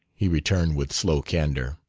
he returned, with slow candor.